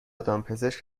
دامپزشک